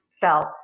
felt